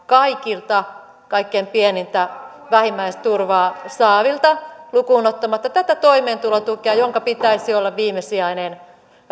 kaikilta kaikkein pienintä vähimmäisturvaa saavilta lukuun ottamatta tätä toimeentulotukea jonka pitäisi olla viimesijainen